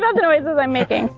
the noises i'm making.